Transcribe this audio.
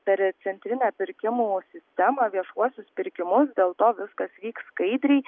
per centrinę pirkimų sistemą viešuosius pirkimus dėl to viskas vyks skaidriai